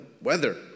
weather